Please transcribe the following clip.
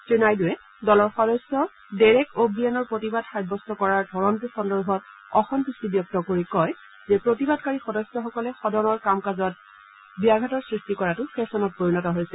শ্ৰীনাইডূৱে দলৰ সদস্য দেৰেক অৱিয়েনৰ প্ৰতিবাদ সাব্যস্ত কৰাৰ ধৰণটোলৈ অসম্ভট্টি ব্যক্ত কৰি কয় যে প্ৰতিবাদকাৰী সদস্যসকলে সদনৰ কাম কাজত ব্যাঘাতৰ সৃষ্টি কৰাটো ফেশ্বনত পৰিণত হৈছে